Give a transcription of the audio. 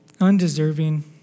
undeserving